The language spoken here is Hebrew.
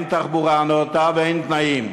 אין תחבורה נאותה ואין תנאים.